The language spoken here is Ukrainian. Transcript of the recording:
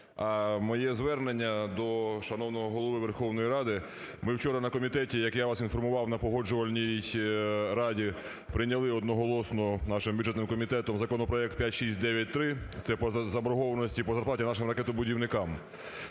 моє звернення до шановного Голови Верховної Ради. Ми вчора на комітеті, як я вас інформував на Погоджувальній раді, прийняли одноголосно нашим бюджетним комітетом законопроект 5693 – це по заборгованості по зарплаті нашим ракетобудівникам.